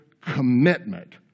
commitment